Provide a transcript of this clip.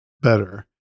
better